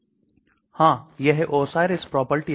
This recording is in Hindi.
इतने सारे कारक पारगम्यता को प्रभावित करते हैं